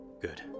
Good